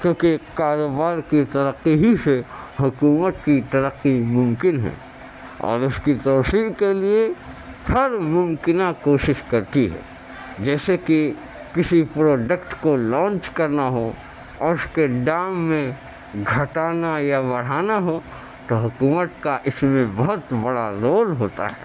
کیونکہ کاروبار کی ترقی ہی سے حکومت کی ترقی ممکن ہے اور اس کی توسیع کے لیے ہر ممکنہ کوشش کرتی ہے جیسے کہ کسی پروڈکٹ کو لانچ کرنا ہو اور اس کے دام میں گھٹانا یا بڑھانا ہو تو حکومت کا اس میں بہت بڑا رول ہوتا ہے